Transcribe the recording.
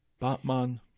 Batman